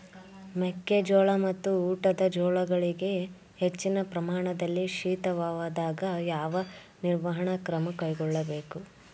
ಮೆಕ್ಕೆ ಜೋಳ ಮತ್ತು ಊಟದ ಜೋಳಗಳಿಗೆ ಹೆಚ್ಚಿನ ಪ್ರಮಾಣದಲ್ಲಿ ಶೀತವಾದಾಗ, ಯಾವ ನಿರ್ವಹಣಾ ಕ್ರಮ ಕೈಗೊಳ್ಳಬೇಕು?